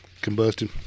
combustion